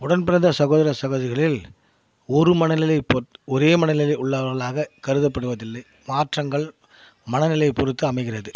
உடன் பிறந்த சகோதர சகோதரிகளில் ஒரு மனநிலை பொறுத்து ஒரே மனநிலையில் உள்ளவர்களாக கருதப்படுவதில்லை மாற்றங்கள் மனநிலை பொறுத்து அமைகிறது